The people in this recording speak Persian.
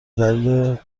دلیل